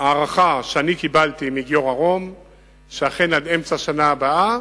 וההערכה שאני קיבלתי מגיורא רום היא שעד אמצע השנה הבאה,